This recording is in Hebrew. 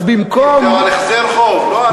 אז במקום, זה על החזר חוב, לא על ריביות.